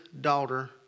daughter